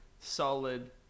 solid